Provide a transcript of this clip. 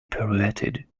pirouetted